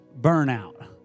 burnout